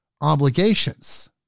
obligations